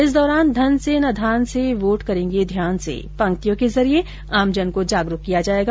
इस दौरान धन से न धान से वोट करेंगे ध्यान से पंक्तियों के जरिये आमजन को जागरूक किया जायेगा